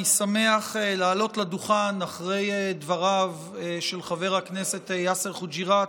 אני שמח לעלות לדוכן אחרי דבריו של חבר הכנסת יאסר חוג'יראת,